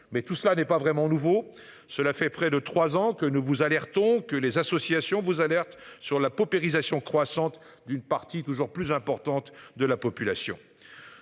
mais tout cela n'est pas vraiment nouveau. Cela fait près de 3 ans que nous vous alertons que les associations vous alerte sur la paupérisation croissante d'une partie toujours plus importante de la population.